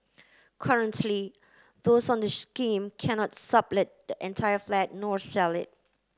currently those on the scheme cannot sublet the entire flat nor sell it